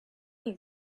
was